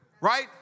right